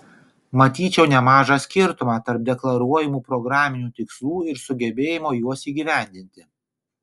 matyčiau nemažą skirtumą tarp deklaruojamų programinių tikslų ir sugebėjimo juos įgyvendinti